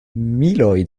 miloj